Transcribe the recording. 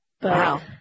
Wow